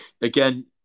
again